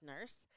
nurse